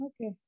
Okay